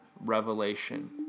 revelation